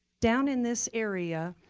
down in this area,